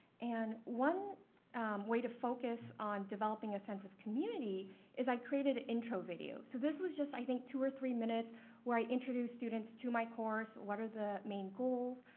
and one way to focus on developing a sense of community is i created intro videos. so this was just, i think, two or three minutes where i introduced students to my course. what are the main goals?